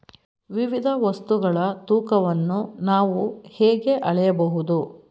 ವಿವಿಧ ವಸ್ತುಗಳ ತೂಕವನ್ನು ನಾವು ಹೇಗೆ ಅಳೆಯಬಹುದು?